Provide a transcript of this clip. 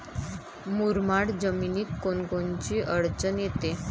मुरमाड जमीनीत कोनकोनची अडचन येते?